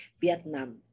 Vietnam